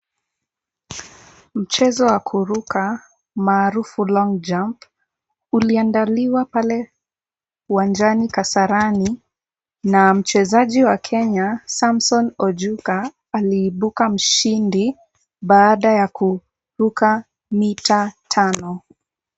Mchezo wa kuruka maarufu long jump uliandaliwa pale uwanjani Kasarani, na mchezaji wa Kenya Samson Ojuka aliibuka mshindi baada ya kuruka mita tano.